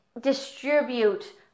distribute